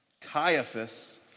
Caiaphas